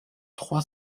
trois